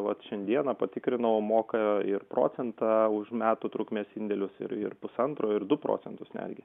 vat šiandieną patikrinau moka ir procentą už metų trukmės indėlius ir ir pusantro ir du procentus netgi